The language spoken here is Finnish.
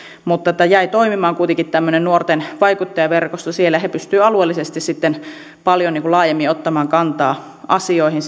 mutta jäi toimimaan kuitenkin tämmöinen nuorten vaikuttajaverkosto siellä he pystyvät alueellisesti sitten paljon laajemmin ottamaan kantaa asioihin